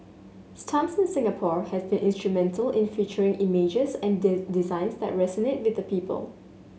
stamps in Singapore have been instrumental in featuring images and designs that resonate with the people